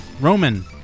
roman